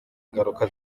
ingaruka